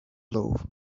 love